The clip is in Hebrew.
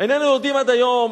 איננו יודעים עד היום